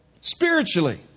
spiritually